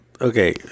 Okay